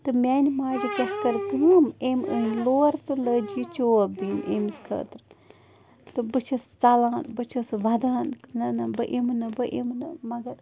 تہٕ میٛٲنہِ ماجہِ کیٛاہ کٔر کٲم أمۍ أنۍ لوٗر تہٕ لٲج یہِ چوب دِنۍ أمِس خٲطرٕ تہٕ بہٕ چھَس ژَلان بہٕ چھَس وَدان نہ نہ بہٕ یِمہٕ نہٕ بہٕ یِمہٕ نہٕ مگر